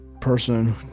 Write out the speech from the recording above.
person